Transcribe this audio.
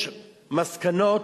יש מסקנות,